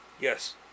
Yes